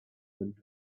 went